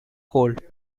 cold